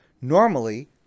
normally